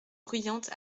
bruyante